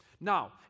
Now